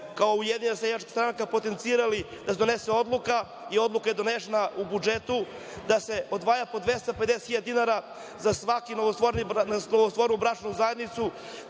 kao Ujedinjena seljačka stranka potencirali da se donese odluka i odluka je donesena u budžetu, da se odvaja po 250 hiljada dinara za svaku novostvorenu bračnu zajednicu,